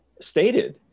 stated